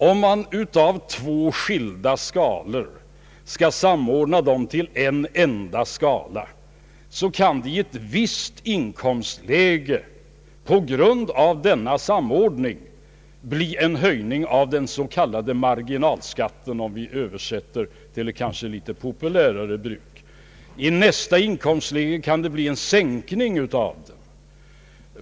Om man skall samordna två skilda skalor till en enda skala, kan det i ett visst inkomstläge på grund av denna samordning bli en höjning av den s.k. marginalskatten, för att använda ett litet populärare språkbruk. I nästa inkomstläge kan det bli en sänkning av marginalskatten.